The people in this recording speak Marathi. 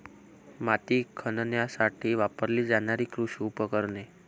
माती खणण्यासाठी वापरली जाणारी कृषी उपकरणे